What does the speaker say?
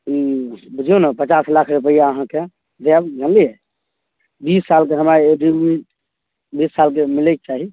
बुझिऔ ने पचास लाख रुपैआ अहाँके देब जनलिए बीस सालके हमरा एग्रीमेन्ट बीस सालके मिलैके चाही